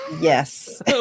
Yes